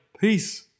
Peace